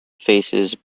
faces